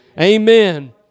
Amen